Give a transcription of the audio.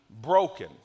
broken